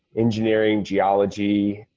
engineering, geology,